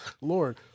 Lord